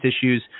issues